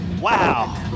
Wow